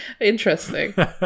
Interesting